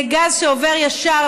זה גז שעובר ישר,